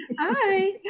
Hi